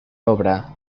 obra